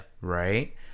Right